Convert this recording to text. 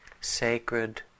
sacred